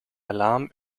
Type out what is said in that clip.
alarm